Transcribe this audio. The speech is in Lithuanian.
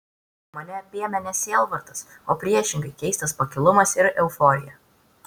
mane apėmė ne sielvartas o priešingai keistas pakilumas ir euforija